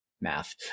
math